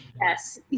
Yes